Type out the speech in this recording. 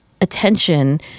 attention